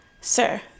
Sir